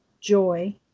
joy